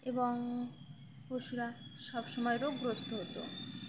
এবং পশুরা সব সময় রোগগ্রস্ত হতো